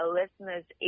listener's